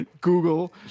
Google